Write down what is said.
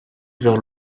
vers